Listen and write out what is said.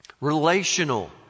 Relational